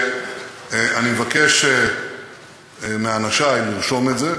אני מבקש מאנשי לרשום את זה,